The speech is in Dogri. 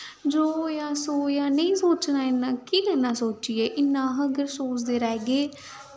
जो होएआ सो होएआ नेईं सोचना इन्ना केह् करना सोचियै इन्ना अस अगर सोचदे रैह्गे